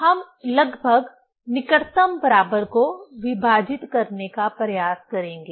हम लगभग निकटतम बराबर को विभाजित करने का प्रयास करेंगे